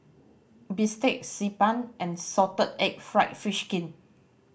bistake Xi Ban and salted egg fried fish skin